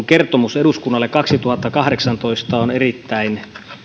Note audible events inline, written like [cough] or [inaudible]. [unintelligible] kertomus eduskunnalle kaksituhattakahdeksantoista on minusta erittäin